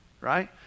right